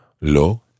lo